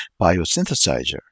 biosynthesizer